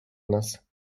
nas